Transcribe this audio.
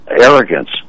arrogance